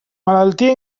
malaltia